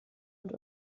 und